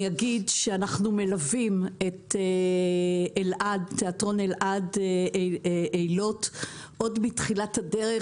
אני אגיד שאנחנו מלווים את תיאטרון אלעד אילות עוד מתחילת הדרך,